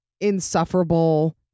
Insufferable